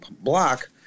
block